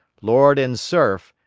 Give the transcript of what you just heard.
lord and serf,